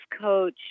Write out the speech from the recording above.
coach